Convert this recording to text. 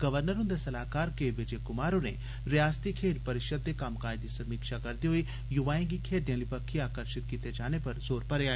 governor हन्दे सलाहकार के विजय क्मार होरें रियासती खेड्ड रिषद दे कम्मकाज दी समीक्षा करदे होई य्वाएं गी खेड्डें आली बक्खी आकर्षित कीते जाने र जोर भरेआ